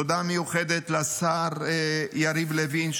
תודה מיוחדת לשר יריב לוין,